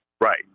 Right